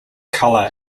color